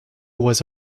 was